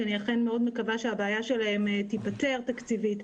שאני אכן מקווה מאוד שהבעיה שלהם תיפתר תקציבית,